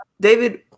David